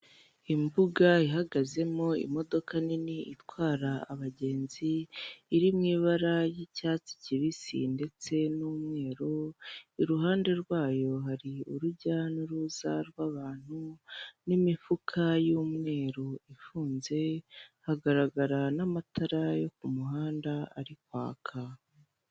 Imbuga ihagazemo imodoka nini itwara abagenzi iri mu i ibara ry'icyatsi kibisi ndetse n'umweru iruhande rwayo hari urujya n'uruza rw'abantu n'imifuka y'umweru ifunze hagaragara n'amatara yo ku kumuhanda ari kwaka.